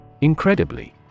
Incredibly